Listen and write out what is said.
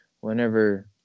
whenever